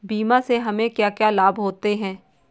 बीमा से हमे क्या क्या लाभ होते हैं?